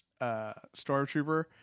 stormtrooper